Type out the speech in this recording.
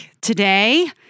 today